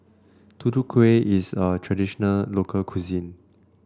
Tutu Kueh is a traditional local cuisine